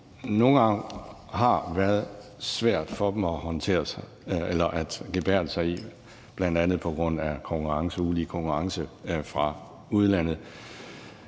nogle gange har været svært for dem at gebærde sig i, bl.a. på grund af ulige konkurrence fra udlandet.